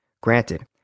Granted